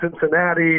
Cincinnati